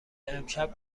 امشب